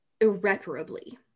Irreparably